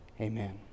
Amen